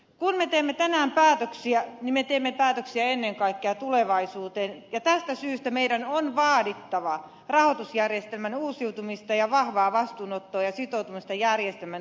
kun me teemme tänään päätöksiä me teemme päätöksiä ennen kaikkea tulevaisuuteen ja tästä syystä meidän on vaadittava rahoitusjärjestelmän uusiutumista ja vahvaa vastuunottoa ja sitoutumista järjestelmän toimivuuteen